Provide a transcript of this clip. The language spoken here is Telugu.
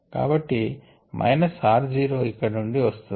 కాబట్టి మైనస్ r జీరో ఇక్కడి నుండి వస్తుంది